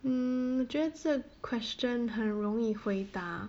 um 我觉得这个 question 很容易回答